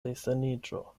resaniĝo